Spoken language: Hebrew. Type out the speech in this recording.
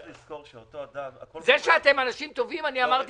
אמרתי מראש שאתם אנשים טובים.